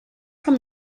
from